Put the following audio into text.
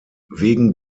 wegen